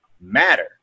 matter